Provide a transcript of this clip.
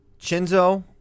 Chinzo